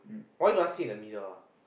why do I sit in the middle ah